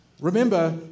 Remember